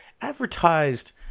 advertised